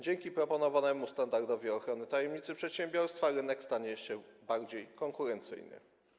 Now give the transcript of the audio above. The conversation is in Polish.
Dzięki proponowanemu standardowi ochrony tajemnicy przedsiębiorstwa rynek stanie się bardziej konkurencyjny.